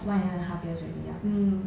one and a half years already ya